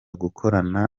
gukorana